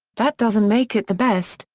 that doesn't make it the best,